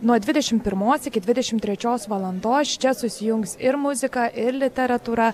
nuo dvidešimt pirmos iki dvidešimt trečios valandos čia susijungs ir muzika ir literatūra